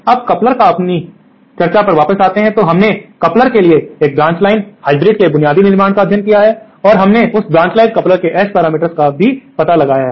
अब कपलर पर अपनी चर्चा पर वापस आ रहे हैं तो हमने कपलर के एक ब्रांच लाइन हाइब्रिड के बुनियादी निर्माण का अध्ययन किया है और हमने उस ब्रांच लाइन कपलर के एस पैरामीटर मैट्रिक्स का भी पता लगाया है